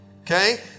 okay